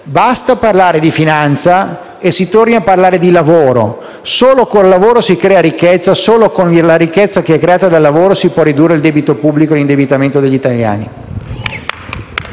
Basta parlare di finanza; si torni a parlare di lavoro. Solo con il lavoro si crea ricchezza, solo con la ricchezza creata dal lavoro si può ridurre il debito pubblico e l'indebitamento degli italiani.